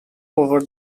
over